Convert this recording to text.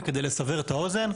וכדי לסבר את האוזן,